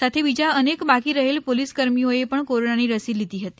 સાથે બીજા અનેક બાકી રહેલ પોલીસ કર્મીઓએ પણ કોરોનાની રસી લીધી હતી